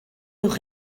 uwch